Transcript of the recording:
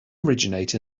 originate